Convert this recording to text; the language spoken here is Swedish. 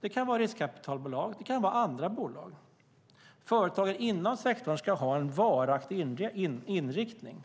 Det kan vara riskkapitalbolag eller andra bolag. Företagen inom sektorn ska ha en varaktig inriktning.